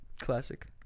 classic